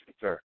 sir